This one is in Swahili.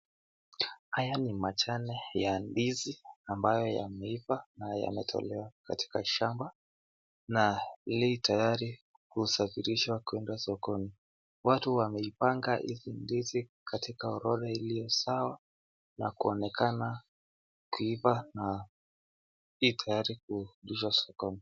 Haya ni majani ya ndizi ambayo yameiva na yametolewa katika shamba tayari kusafirishwa katika sokoni. Watu wameipanga ndizi katika orodha yenye usawa na kuonekana kuiva na tayari kuingia sokoni.